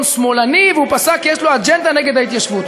שמאלני והוא פסק כי יש לו אג'נדה נגד ההתיישבות,